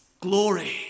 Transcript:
Glory